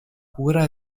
cura